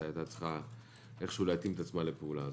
שהייתה צריכה איך שהוא להתאים את עצמה לפעולה הזאת.